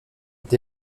été